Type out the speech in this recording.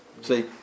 See